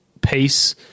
pace